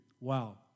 Wow